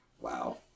Wow